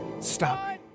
stop